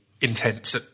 intense